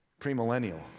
premillennial